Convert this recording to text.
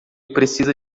precisa